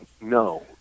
no